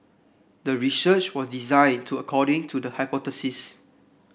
the research was designed to according to the hypothesis